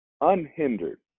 unhindered